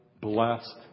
blessed